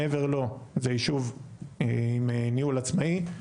מעבר לו, זה יישוב עם ניהול עצמאי.